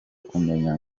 kumenya